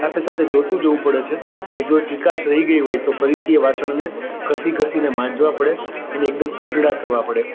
સાથે સાથે જોતું જોવું પડે છે જો ચિકાશ રહી ગઈ હોય તો ફરીથી એ વાસણને ઘસી ઘસીને માંજવા પડે એને એકદમ ઉજળા કરવા પડે